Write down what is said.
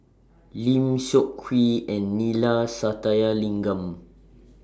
Lim Seok Hui and Neila Sathyalingam